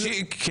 לא.